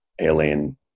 alien